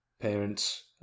parents